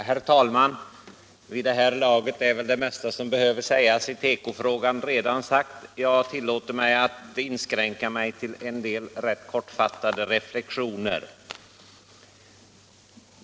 Herr talman! Vid det här laget är väl det mesta som behöver sägas i tekofrågan redan sagt, och jag inskränker mig därför till en del rätt kortfattade reflexioner.